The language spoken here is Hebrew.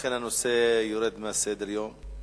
לכן הנושא יורד מסדר-היום.